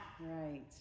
Right